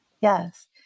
Yes